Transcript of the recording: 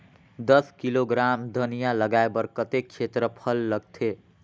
दस किलोग्राम धनिया लगाय बर कतेक क्षेत्रफल लगथे?